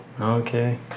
Okay